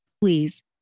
Please